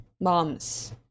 moms